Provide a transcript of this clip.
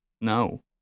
No